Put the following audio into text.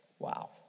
Wow